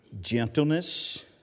gentleness